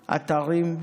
אתרים,